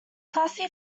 classy